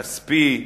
כספי,